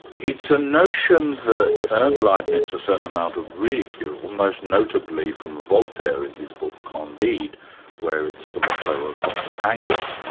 it's a notion that earned leibnitz a certain amount of ridicule, most notably from voltaire in his book candide, where it's the motto of dr pangloss.